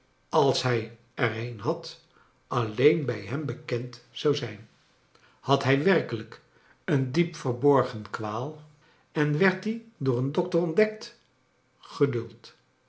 als hij er eea had alleea bij hem bekead zou zijn had hij werkelijk een diep verborgen kwaal en werd die door een dokter oatdekt geduld